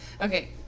Okay